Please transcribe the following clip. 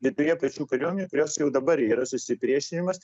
viduje pačių kariuomenių kuriose jau dabar yra susipriešinimas